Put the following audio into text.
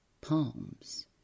palms